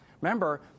Remember